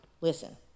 listen